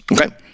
okay